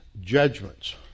judgments